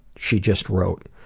she just wrote.